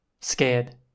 scared